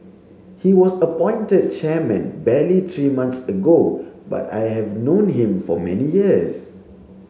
he was appointed chairman barely three months ago but I have known him for many years